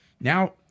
Now